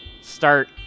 start